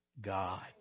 God